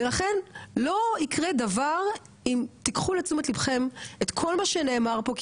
ולכן לא יקרה דבר אם תיקחו לתשומת לבכם את כל מה שנאמר פה,